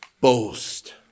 boast